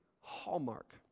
hallmark